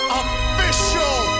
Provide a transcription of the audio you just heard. official